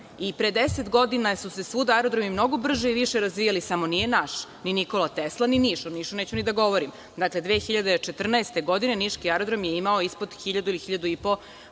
i pre 10 godina su se svuda aerodromi mnogo brže i više razvijali samo nije naš, ni „Nikola Tesla“ ni Niš. O Nišu neću ni da govorim. Dakle, 2014. godine niški aerodrom je imao ispod 1000 ili 1.500 putnika.